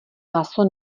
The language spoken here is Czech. maso